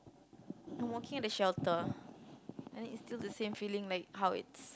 I'm walking at the shelter then it's still the same feeling like how it's